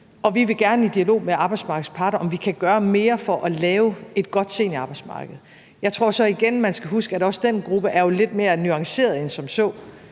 og vi vil gerne i dialog med arbejdsmarkedets parter om, om vi kan gøre mere for at skabe et godt seniorarbejdsmarked. Jeg tror så igen, at man skal huske, at det også for den gruppe er lidt mere nuanceret end som så.